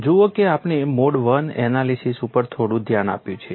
જુઓ કે આપણે મોડ વન એનાલિસીસ ઉપર થોડું ધ્યાન આપ્યું છે